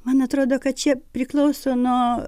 man atrodo kad čia priklauso nuo